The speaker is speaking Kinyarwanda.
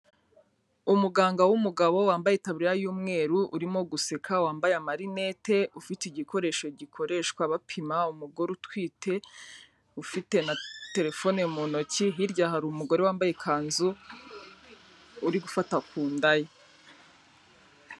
Umuganga w'umugabo, wambaye ikabu y'umweru urimo guseka wambaye amarinete, ufite igikoresho gikoreshwa bapima umugore utwite, ufite na telefone mu ntoki, hirya hari umugore wambaye ikanzu uri gufata ku nda ye.